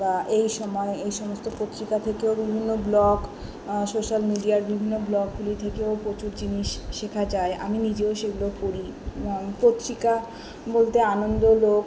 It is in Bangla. বা এই সময় এই সমস্ত পত্রিকা থেকেও বিভিন্ন ব্লগ সোশাল মিডিয়ার বিভিন্ন ব্লগগুলি থেকেও প্রচুর জিনিস শেখা যায় আমি নিজেও সেগুলো পড়ি পত্রিকা বলতে আনন্দলোক